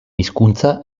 hizkuntza